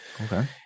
Okay